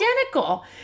identical